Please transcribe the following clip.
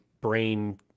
brain